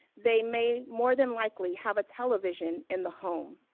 they may more than likely have a television in the home.